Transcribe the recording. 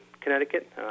Connecticut